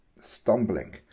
stumbling